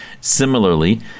similarly